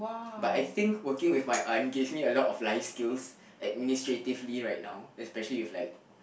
but I think working with my aunt give me a lot of life skills administratively right now especially with like